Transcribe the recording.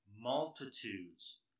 multitudes